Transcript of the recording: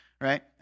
right